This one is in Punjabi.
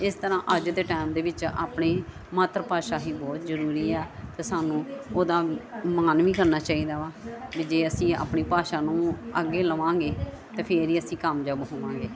ਇਸ ਤਰ੍ਹਾਂ ਅੱਜ ਦੇ ਟਾਈਮ ਦੇ ਵਿੱਚ ਆਪਣੇ ਮਾਤਰ ਭਾਸ਼ਾ ਹੀ ਬਹੁਤ ਜ਼ਰੂਰੀ ਆ ਅਤੇ ਸਾਨੂੰ ਉਹਦਾ ਮਾਣ ਵੀ ਕਰਨਾ ਚਾਹੀਦਾ ਵਾ ਜੇ ਅਸੀਂ ਆਪਣੀ ਭਾਸ਼ਾ ਨੂੰ ਅੱਗੇ ਲਵਾਂਗੇ ਅਤੇ ਫੇਰ ਅਸੀਂ ਕਾਮਯਾਬ ਹੋਵਾਂਗੇ